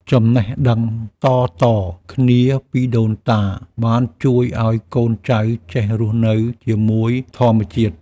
ចំណេះដឹងតៗគ្នាពីដូនតាបានជួយឱ្យកូនចៅចេះរស់នៅជាមួយធម្មជាតិ។